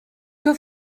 que